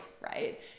right